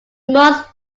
most